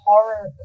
Horror